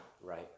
Right